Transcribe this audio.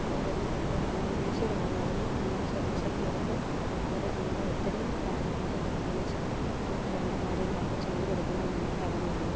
അവര് വരുമ്പഴത്തേ വിദേശികളാണ് അവര് നമ്മളെ സ്വദേശത്ത് വരുമ്പോൾ അവരെ നമ്മള് ഒത്തിരിയും കാര്യമായി പരിഗണിച്ച് അവർക്ക് വേണ്ട കാര്യങ്ങളൊക്കെ ചെയ്തു കൊടുക്കണ്ടത് നമ്മുടെ കടമയാണ്